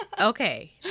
Okay